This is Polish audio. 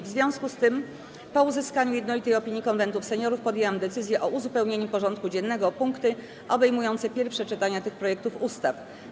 W związku z tym, po uzyskaniu jednolitej opinii Konwentu Seniorów, podjęłam decyzję o uzupełnieniu porządku dziennego o punkty obejmujące pierwsze czytania tych projektów ustaw.